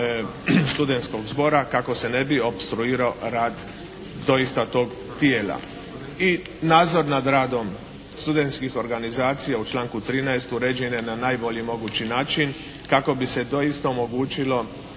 uređen je na najbolji mogući način kako bi se doista omogućilo